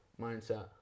mindset